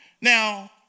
Now